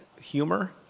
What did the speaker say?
humor